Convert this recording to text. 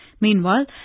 Meanwhile